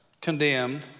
condemned